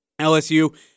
LSU